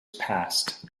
past